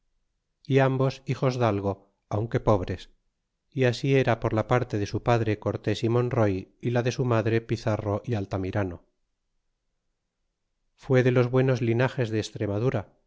é ambos hijosdalgo aunque pobres é así era por la parte de su padre cortes y monroy y la de su madre pizarro altamirano fue de los buenos linages de estramadora